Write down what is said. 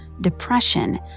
depression